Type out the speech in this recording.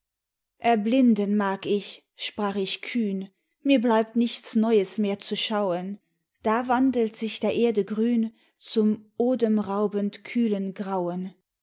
erblinden mag ich sprach ich kühn mir bleibt nichts neues mehr zu schauen da wandelt sich der erde grün zum odemraubend kühlen grauen